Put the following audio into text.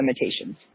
limitations